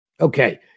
Okay